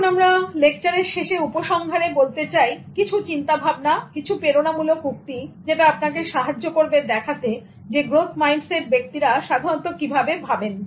এখন আমরা লেকচারের শেষে উপসংহারে আমি বলতে চাই কিছু চিন্তা ভাবনা কিছু প্রেরণামূলক উক্তি যেটা আপনাকে সাহায্য করবে দেখাতে যে গ্রোথ মাইন্ডসেট ব্যক্তিরা সাধারণত কিভাবে ভাবেন